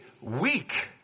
weak